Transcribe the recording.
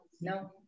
No